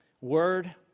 word